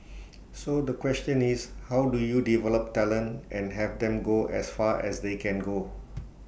so the question is how do you develop talent and have them go as far as they can go